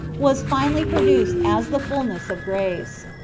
was finally produced as the fulness of grace.